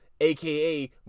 aka